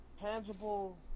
Tangible